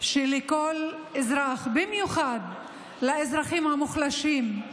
שלכל אזרח, במיוחד לאזרחים המוחלשים,